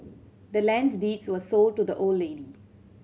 the land's deeds was sold to the old lady